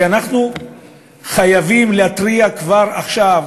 ואנחנו חייבים להתריע כבר עכשיו,